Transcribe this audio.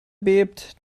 bebt